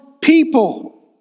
people